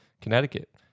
connecticut